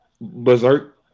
berserk